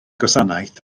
gwasanaeth